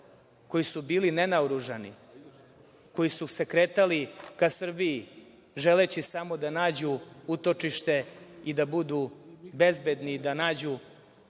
koji su bili nenaoružani, koji su se kretali ka Srbiji želeći samo da nađu utočište i da budu bezbedni i da nađu